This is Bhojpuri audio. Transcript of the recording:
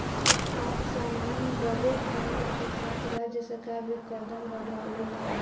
खाद्य सामान बदे केन्द्र के साथ राज्य सरकार भी कदम बढ़ौले बा